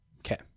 Okay